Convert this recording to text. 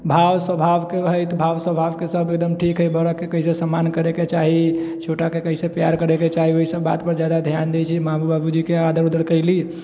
भाव स्वभावके हइ तऽ भाव स्वभावके सब एकदम ठीक हइ बड़ाके कइसे सम्मान करैके चाही छोटाके कइसे प्यार करैके चाही ओहिसब बातपर ज्यादा ध्यान दै छिए माँ बाबूजीके आदर उदर कएली